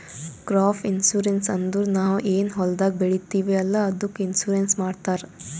crop insurance ಅಂದುರ್ ನಾವ್ ಏನ್ ಹೊಲ್ದಾಗ್ ಬೆಳಿತೀವಿ ಅಲ್ಲಾ ಅದ್ದುಕ್ ಇನ್ಸೂರೆನ್ಸ್ ಮಾಡ್ತಾರ್